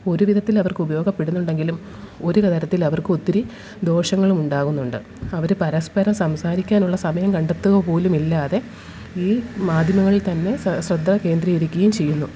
ഒരുവിധത്തില് അവര്ക്ക് ഉപയോഗപ്പെടുന്നുണ്ടെങ്കിലും ഒരു തരത്തില് അവർക്ക് ഒത്തിരി ദോഷങ്ങളും ഉണ്ടാകുന്നുണ്ട് അവർ പരസ്പരം സംസാരിക്കുവാനുള്ള സമയം കണ്ടെത്തുക പോലുമില്ലാതെ ഈ മാധ്യമങ്ങളിൽ തന്നെ ശ്രദ്ധ കേന്ദ്രീകരിക്കുകയും ചെയ്യുന്നു